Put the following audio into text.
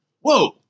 Whoa